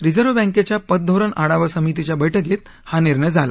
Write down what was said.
reserve बँकेच्या पतधोरण आढावा समितीच्या बैठकीत हा निर्णय झाला